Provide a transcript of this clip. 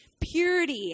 purity